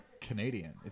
Canadian